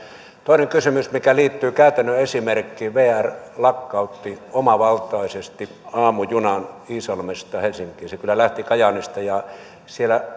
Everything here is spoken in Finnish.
toinen kysymys mikä liittyy käytännön esimerkkiin vr lakkautti omavaltaisesti aamujunan iisalmesta helsinkiin se kyllä lähti kajaanista ja siellä